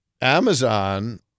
Amazon